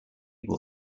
will